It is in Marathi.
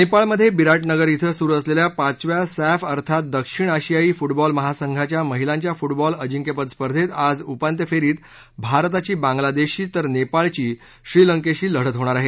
नेपाळमध्ये बिराटनगर श्वे सुरू असलेल्या पाचव्या सॅफ अर्थात दक्षिण आशियायी फूटबॉल महासंघाच्या महिलांच्या फूटबॉल अजिंक्यपद स्पर्धेत आज उपांत्य फेरीत भारताची बांगलादेशशी तर नेपाळची श्रीलंकेशी लढत होणार आहे